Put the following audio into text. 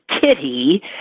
kitty